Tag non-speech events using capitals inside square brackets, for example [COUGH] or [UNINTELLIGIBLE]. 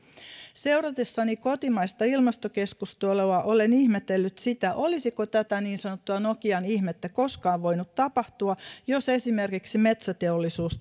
seuratessani kotimaista ilmastokeskustelua olen ihmetellyt sitä olisiko tätä niin sanottua nokian ihmettä koskaan voinut tapahtua jos esimerkiksi metsäteollisuus [UNINTELLIGIBLE]